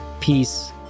peace